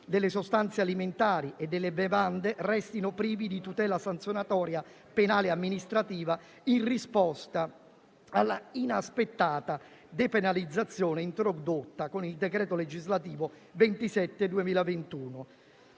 delle sostanze alimentari e delle bevande restino privi di tutela sanzionatoria, penale e amministrativa, in risposta alla inaspettata depenalizzazione, introdotta con il decreto legislativo n. 27